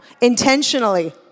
Intentionally